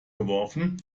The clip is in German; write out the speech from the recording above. geworfen